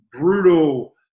brutal